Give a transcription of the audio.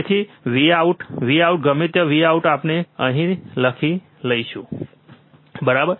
તેથી Vout Vout ગમે ત્યાં Vout આપણે તેને અહીં લખીશું બરાબર